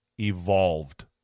evolved